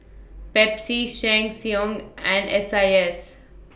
Pepsi Sheng Siong and S I S